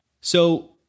So-